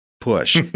push